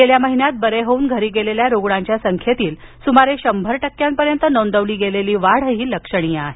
गेल्या महिन्यात बरे होऊन घरी गेलेल्या रुग्णांच्या संख्येतील सुमारे शंभर टक्क्यांपर्यंत नोंदवली गेलेली वाढही लक्षणीय आहे